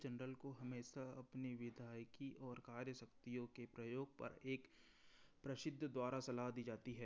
governor general को हमेशा अपनी विधायकी और कार्य शक्तियों के प्रयोग पर एक प्रसिद्द द्वारा सलाह दी जाती है